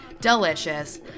Delicious